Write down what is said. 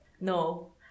no